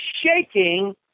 shaking